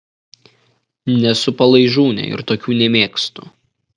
nesu palaižūnė ir tokių nemėgstu